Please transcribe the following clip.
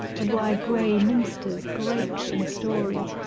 and why grey minsters great in story.